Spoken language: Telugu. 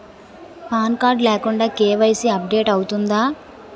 పాన్ కార్డ్ లేకుండా కే.వై.సీ అప్ డేట్ అవుతుందా?